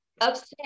upset